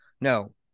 No